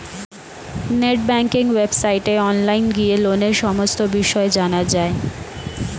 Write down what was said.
net banking ওয়েবসাইটে online গিয়ে লোনের সমস্ত বিষয় জানা যায়